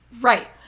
Right